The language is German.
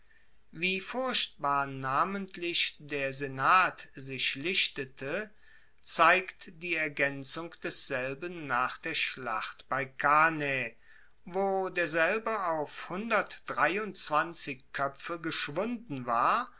wie furchtbar namentlich der senat sich lichtete zeigt die ergaenzung desselben nach der schlacht bei cannae wo derselbe auf koepfe geschwunden war